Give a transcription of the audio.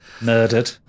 Murdered